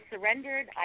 surrendered